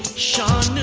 shot